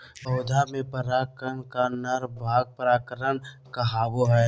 पौधा में पराग कण का नर भाग परागकण कहावो हइ